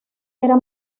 era